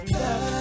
love